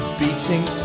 beating